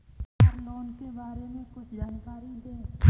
Car loan के बारे में कुछ जानकारी दें?